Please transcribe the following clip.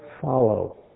follow